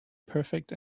perfect